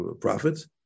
prophets